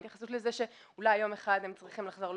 אין התייחסות לזה שאולי יום אחד הם צריכים לחזור.